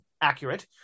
accurate